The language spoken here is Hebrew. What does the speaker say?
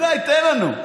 די, תן לנו.